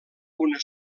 una